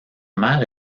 mère